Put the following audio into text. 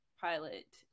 pilot